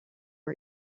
our